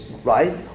right